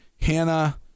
Hannah